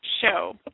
show